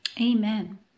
Amen